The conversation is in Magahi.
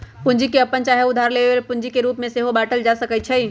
पूंजी के अप्पने चाहे उधार लेल गेल पूंजी के रूप में सेहो बाटल जा सकइ छइ